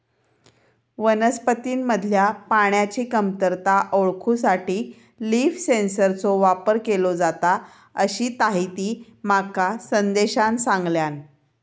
वनस्पतींमधल्या पाण्याची कमतरता ओळखूसाठी लीफ सेन्सरचो वापर केलो जाता, अशीताहिती माका संदेशान सांगल्यान